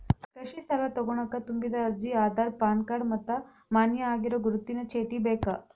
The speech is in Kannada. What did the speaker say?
ಕೃಷಿ ಸಾಲಾ ತೊಗೋಣಕ ತುಂಬಿದ ಅರ್ಜಿ ಆಧಾರ್ ಪಾನ್ ಕಾರ್ಡ್ ಮತ್ತ ಮಾನ್ಯ ಆಗಿರೋ ಗುರುತಿನ ಚೇಟಿ ಬೇಕ